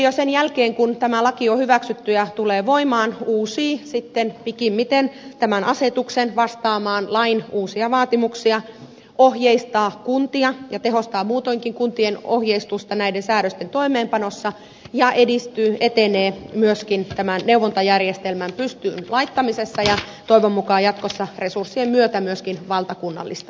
ministeriö sen jälkeen kun tämä laki on hyväksytty ja tulee voimaan uusii sitten pikimmiten tämän asetuksen vastaamaan lain uusia vaatimuksia ohjeistaa kuntia ja tehostaa muutoinkin kuntien ohjeistusta näiden säädösten toimeenpanossa ja etenee myöskin tämän neuvontajärjestelmän pystyyn laittamisessa ja toivon mukaan jatkossa resurssien myötä myöskin valtakunnallistamisessa